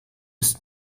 ist